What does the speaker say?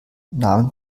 namen